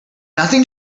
nothing